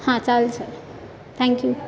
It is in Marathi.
हां चालेल सर थँक्यू